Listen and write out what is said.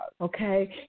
okay